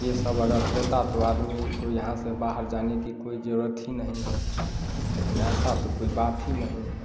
यह सब अगर होता तो आदमी को यहाँ से बाहर जाने की कोई ज़रूरत ही नहीं होती लेकिन ऐसा तो कोई बात ही नहीं है